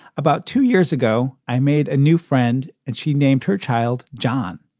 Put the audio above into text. about two years ago i made a new friend and she named her child john.